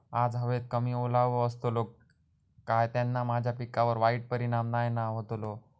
आज हवेत कमी ओलावो असतलो काय त्याना माझ्या पिकावर वाईट परिणाम नाय ना व्हतलो?